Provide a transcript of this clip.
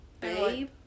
Babe